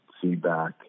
feedback